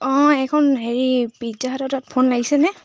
অঁ এইখন হেৰি পিজ্জা হাটৰ তাত ফোন লাগিছেনে